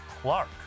Clark